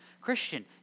Christian